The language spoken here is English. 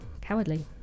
cowardly